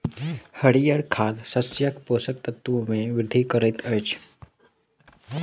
हरीयर खाद शस्यक पोषक तत्व मे वृद्धि करैत अछि